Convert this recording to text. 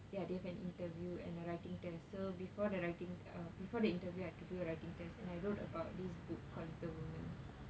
ya they have an interview and a writing test so before the writing uh before the interview I have to do a writing test and I wrote about this book called little women